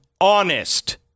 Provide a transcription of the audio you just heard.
honest